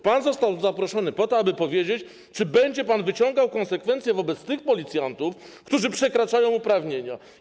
Pan został tu zaproszony po to, aby powiedzieć, czy będzie pan wyciągał konsekwencje wobec tych policjantów, którzy przekraczają uprawnienia.